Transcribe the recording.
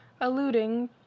alluding